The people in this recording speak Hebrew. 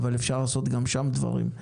אפשר לעשות גם שם דברים.